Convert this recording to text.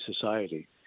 society